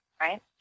right